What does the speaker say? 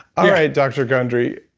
all right dr. gundry,